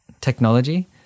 technology